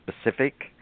specific